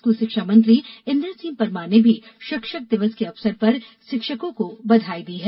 school शिक्षा मंत्री इंदर सिंह परमार ने भी शिक्षक दिवस के अवसर पर शिक्षकों को बघाई दी है